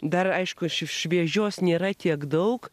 dar aišku šviežios nėra tiek daug